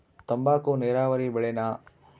ತಂಬಾಕು ನೇರಾವರಿ ಬೆಳೆನಾ?